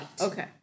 Okay